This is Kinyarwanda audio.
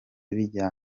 bijya